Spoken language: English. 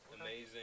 amazing